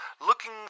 looking